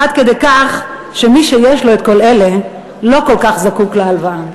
עד כדי כך שמי שיש לו את כל אלה לא כל כך זקוק להלוואה.